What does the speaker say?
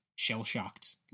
shell-shocked